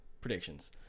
predictions